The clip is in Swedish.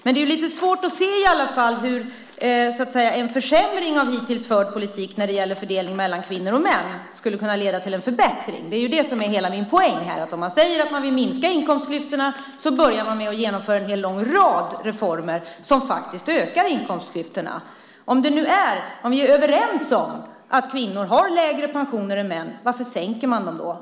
Men det är i alla fall lite svårt att se hur en försämring i hittills förd politik när det gäller fördelning mellan kvinnor och män skulle kunna leda till en förbättring. Det är det som är hela min poäng här. Man säger att man vill minska inkomstklyftorna, och så börjar man med att genomföra en lång rad reformer som faktiskt ökar inkomstklyftorna. Om vi är överens om att kvinnor har lägre pensioner än män undrar jag varför man sänker dem.